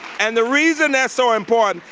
and the reason that's so important,